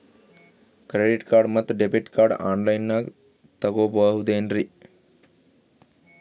Credit card ಮತ್ತು debit card ಆನ್ ಲೈನಾಗ್ ತಗೋಬಹುದೇನ್ರಿ?